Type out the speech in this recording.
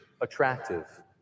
attractive